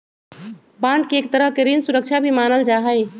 bond के एक तरह के ऋण सुरक्षा भी मानल जा हई